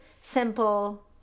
simple